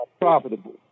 profitable